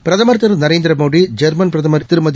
பிரதமா் திருநரேந்திரமோடி ஜொ்மன் பிரதமா் திருமதி